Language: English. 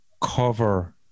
cover